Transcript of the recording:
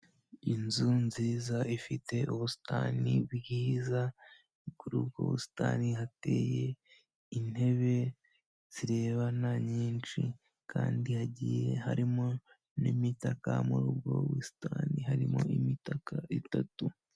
Inzu nziza ifite ubusitani bwiza kuri ubwo busitani hateye intebe zirebana nyinshi kandi hagiye harimo n'imitaka muri ubwo busitani harimo imitaka itatu.